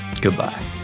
Goodbye